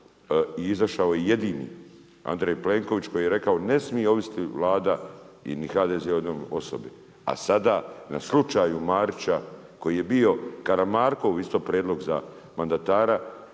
i izašao je jedini Andrej Plenković, koji je rekao ne smije ovisiti Vlada ni HDZ o jednoj osobi a sada na slučaju Marića koji je bio Karamarkov isto prijedlog za mandatara